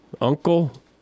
uncle